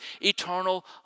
eternal